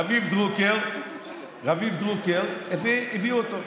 רביב דרוקר הביאו אותו.